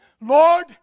Lord